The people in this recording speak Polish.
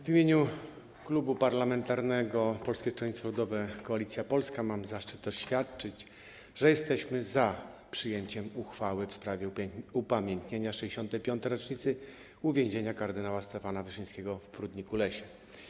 W imieniu Klubu Parlamentarnego Polskie Stronnictwo Ludowe - Koalicja Polska mam zaszczyt oświadczyć, że jesteśmy za przyjęciem uchwały w sprawie upamiętnienia 65. rocznicy uwięzienia kardynała Stefana Wyszyńskiego w Prudniku-Lesie.